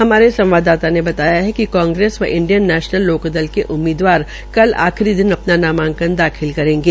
हमारे संवाददाता ने बताया कि कांग्रेस व इंडियन नैशनल के उम्मीदवार कल आखिरी दिन अपना नामांकन दाखिल करेंगे